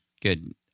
Good